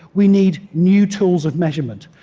we need new tools of measurement,